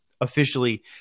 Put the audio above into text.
officially